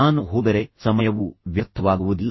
ನಾನು ಹೋದರೆ ಸಮಯವು ವ್ಯರ್ಥವಾಗುವುದಿಲ್ಲ